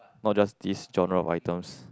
not just this genre of items